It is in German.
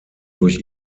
durch